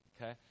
Okay